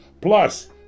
Plus